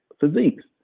Physiques